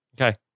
Okay